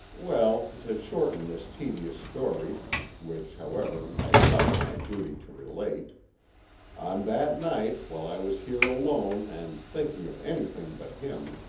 well, to shorten this tedious story which, however, i thought it my duty to relate on that night, while i was here alone and thinking of anything but him,